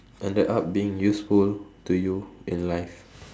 ended up being useful to you in life